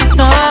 no